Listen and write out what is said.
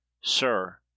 Sir